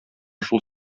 шул